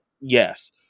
Yes